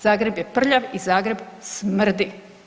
Zagreb je prljav i Zagreb smrdi.